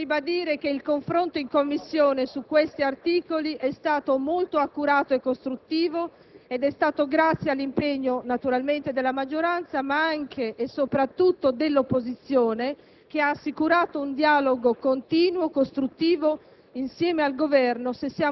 dei rischi di incidente stradale in caso di ebbrezza. Voglio ribadire che il confronto in Commissione su questi articoli è stato molto accurato e costruttivo ed è stato grazie all'impegno naturalmente della maggioranza ma anche e soprattutto dell'opposizione,